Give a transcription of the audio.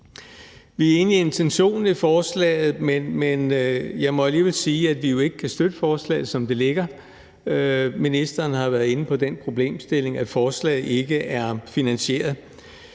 Vi er enige i intentionen i forslaget, men jeg må alligevel sige, at vi ikke kan støtte forslaget, som det ligger. Ministeren har været inde på den problemstilling, at forslaget ikke er finansieret.